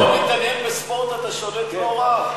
בתור אחד שלא מתעניין בספורט, אתה שולט לא רע.